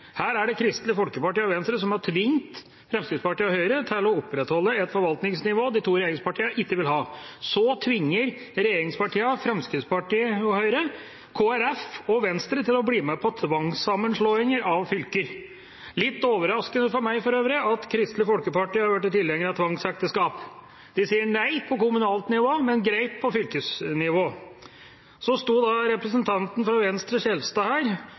Her er det Kristelig Folkeparti og Venstre som har tvunget Fremskrittspartiet og Høyre til å opprettholde et forvaltningsnivå de to regjeringspartiene ikke vil ha. Så tvinger regjeringspartiene – Fremskrittspartiet og Høyre – Kristelig Folkeparti og Venstre til å bli med på tvangssammenslåing av fylker. Litt overraskende er det for meg for øvrig at Kristelig Folkeparti har blitt tilhenger av tvangsekteskap. De sier nei på kommunalt nivå, men greit på fylkesnivå. Representanten Skjelstad fra Venstre sto her